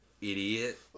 idiot